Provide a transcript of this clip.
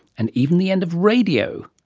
and even the end of radio.